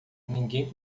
ninguém